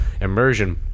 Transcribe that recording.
immersion